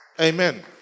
Amen